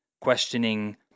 questioning